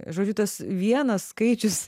žodžiu tas vienas skaičius